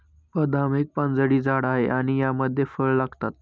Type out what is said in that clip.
बदाम एक पानझडी झाड आहे आणि यामध्ये फळ लागतात